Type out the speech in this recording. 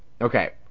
Okay